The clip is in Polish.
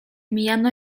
mijano